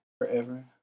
forever